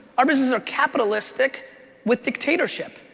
our businesses are capitalistic with dictatorship.